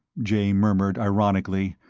jay murmured ironically,